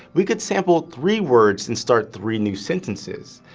we could sample three words and start three new sentences.